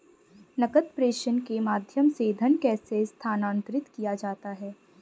नकद प्रेषण के माध्यम से धन कैसे स्थानांतरित किया जाता है?